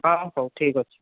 ହଁ ହଉ ଠିକ୍ ଅଛି